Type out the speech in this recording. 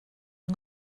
yng